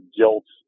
guilt